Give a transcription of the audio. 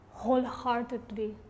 wholeheartedly